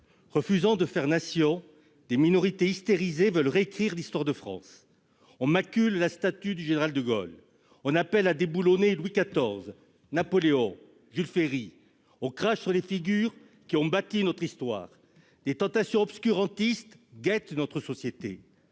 Refusant de faire nation, des minorités hystérisées veulent récrire l'histoire de France. On macule la statue du général de Gaulle. On appelle à déboulonner Louis XIV, Napoléon, Jules Ferry. On crache sur les figures qui ont bâti notre histoire. Des tentations obscurantistes guettent notre société.